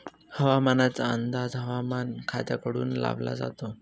हवामानाचा अंदाज हवामान खात्याकडून लावला जातो